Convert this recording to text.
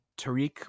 Tariq